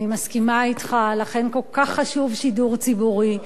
אני מסכימה אתך, לכן כל כך חשוב שידור ציבורי,